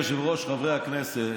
אדוני היושב-ראש, חברי הכנסת,